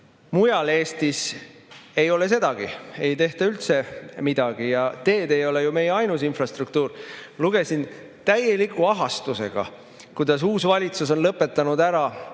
Mujal Eestis ei ole sedagi, ei tehta üldse midagi. Aga teed ei ole meie ainus infrastruktuur. Lugesin täieliku ahastusega, kuidas uus valitsus on lõpetanud ära